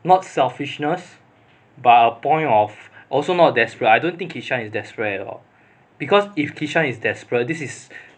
not selfishness but a point of also not desperate I don't think kishan is desperate at all because if kishan is desperate this is